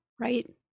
right